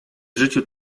życiu